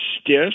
stiff